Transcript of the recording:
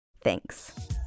Thanks